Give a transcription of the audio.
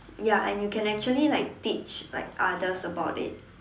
ya and you can actually like teach like others about it